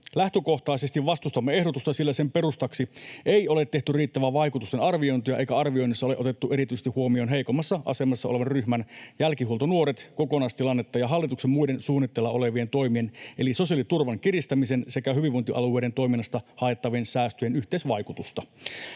”Lähtökohtaisesti vastustamme ehdotusta, sillä sen perustaksi ei ole tehty riittävää vaikutusten arviointia eikä arvioinnissa ole otettu erityisesti huomioon heikommassa asemassa olevan ryhmän, jälkihuoltonuorten, kokonaistilannetta ja hallituksen muiden suunnitella olevien toimien, eli sosiaaliturvan kiristämisen sekä hyvinvointialueiden toiminnasta haettavien säästöjen, yhteisvaikutusta.